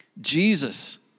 Jesus